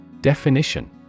Definition